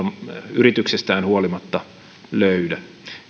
yrityksistään huolimatta löydä